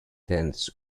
tenths